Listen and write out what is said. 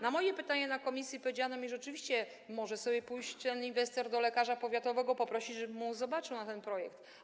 Na moje pytanie w komisji odpowiedziano mi: rzeczywiście, może sobie pójść ten inwestor do lekarza powiatowego, poprosić, żeby zobaczył, obejrzał ten projekt.